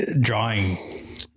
drawing